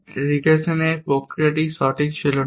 রিগ্রেশনের এই প্রক্রিয়াটি সঠিক ছিল না